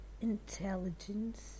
intelligence